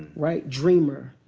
right? dreamer,